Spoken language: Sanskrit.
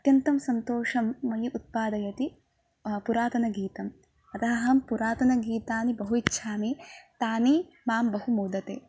अत्यन्तं सन्तोषं मयि उत्पादयति पुरातनगीतम् अतः अहं पुरातनगीतानि बहु इच्छामि तानि मां बहु मोदते